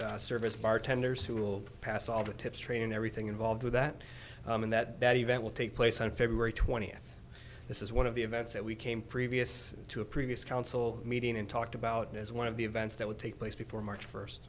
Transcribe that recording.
service bartenders who will pass all the tips training everything involved with that and that event will take place on february twentieth this is one of the events that we came previous to a previous council meeting and talked about as one of the events that would take place before march first